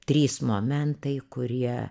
trys momentai kurie